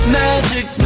magic